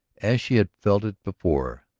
as she had felt it before,